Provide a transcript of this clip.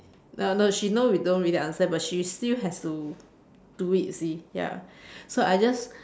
uh no she know we don't really understand but she still has to do it you see ya so I just